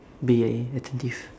be a~ attentive